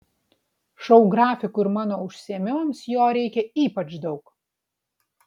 šou grafikui ir mano užsiėmimams jo reikia ypač daug